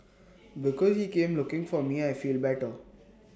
because he came looking for me I feel better